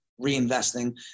reinvesting